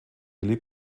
willi